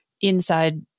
inside